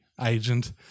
agent